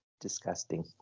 disgusting